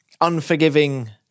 unforgiving